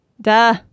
duh